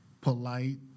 polite